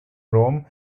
rome